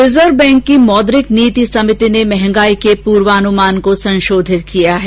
reserve Bank की मौद्रिक नीति समिति ने महंगाई के पुर्वानुमान को संशोधित किया है